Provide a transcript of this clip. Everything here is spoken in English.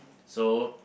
so